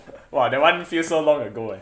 !wah! that one feels so long ago eh